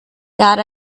got